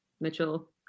Mitchell